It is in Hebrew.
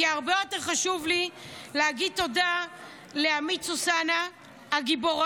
כי הרבה יותר חשוב לי להגיד תודה לעמית סוסנה הגיבורה,